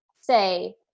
say